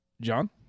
John